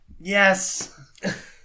yes